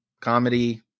comedy